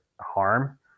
harm